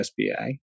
SBA